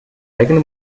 eigene